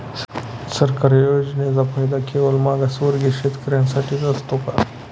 सरकारी योजनांचा फायदा केवळ मागासवर्गीय शेतकऱ्यांसाठीच असतो का?